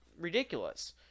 ridiculous